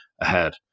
ahead